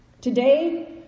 Today